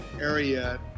area